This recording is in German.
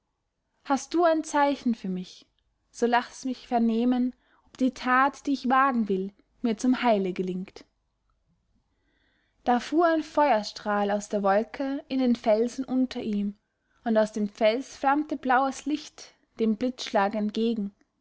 hast du ein zeichen für mich so laß mich vernehmen ob die tat die ich wagen will mir zum heile gelingt da fuhr ein feuerstrahl aus der wolke in den felsen unter ihm und aus dem fels flammte blaues licht dem blitzschlag entgegen